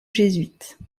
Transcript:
jésuites